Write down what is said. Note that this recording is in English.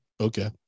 Okay